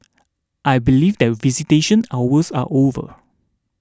I believe that visitation hours are over